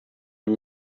you